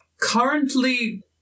currently